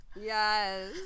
Yes